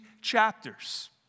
chapters